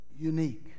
unique